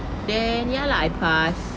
then ya lah I pass